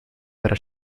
para